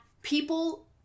People